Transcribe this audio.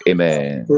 Amen